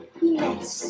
yes